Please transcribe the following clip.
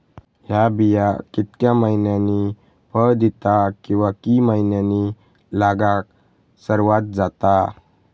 हया बिया कितक्या मैन्यानी फळ दिता कीवा की मैन्यानी लागाक सर्वात जाता?